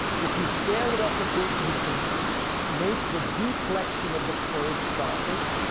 if you scale it up a bit you can make the deflection of the curve sharper.